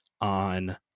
on